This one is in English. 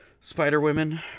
Spider-Women